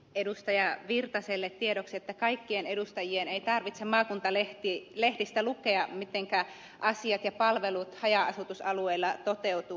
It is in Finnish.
pertti virtaselle tiedoksi että kaikkien edustajien ei tarvitse maakuntalehdistä lukea mitenkä asiat ja palvelut haja asutusalueilla toteutuvat